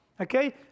Okay